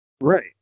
right